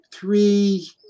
three